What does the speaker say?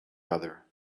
other